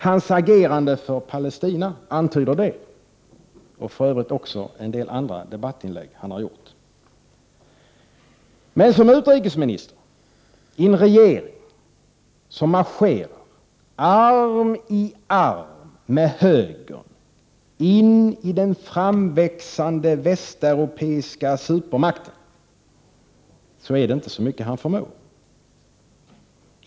Hans agerande för Palestina antyder det och även andra debattinlägg han har gjort. Men som utrikesminister i en regering som marscherar arm i arm med högern in i den framväxande västeuropeiska supermakten är det inte mycket han förmår.